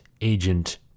agent